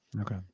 okay